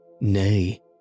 Nay